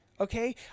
okay